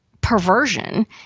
perversion